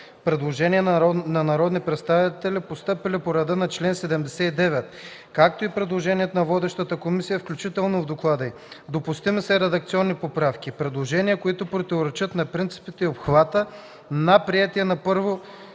предложения на народни представители, постъпили по реда на чл. 79, както и предложения на водещата комисия, включени в доклада й. Допустими са и редакционни поправки. Предложенията, които противоречат на принципите и обхвата на приетия на първо